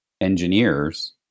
engineers